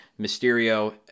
Mysterio